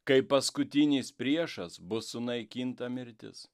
kaip paskutinis priešas bus sunaikinta mirtis